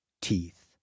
teeth